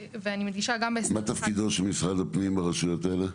ואני מדגישה --- מה תפקידו של משרד הפנים ברשויות האלה?